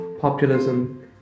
Populism